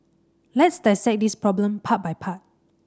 let's dissect this problem part by part